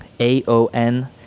A-O-N